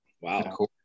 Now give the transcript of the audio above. Wow